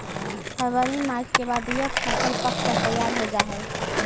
फरवरी मार्च के बाद यह फसल पक कर तैयार हो जा हई